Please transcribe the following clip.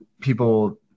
people